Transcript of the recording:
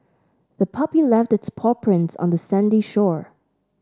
the puppy left its paw prints on the sandy shore